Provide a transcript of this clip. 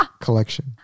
collection